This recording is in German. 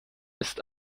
ist